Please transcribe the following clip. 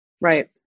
Right